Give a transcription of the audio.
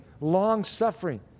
long-suffering